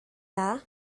dda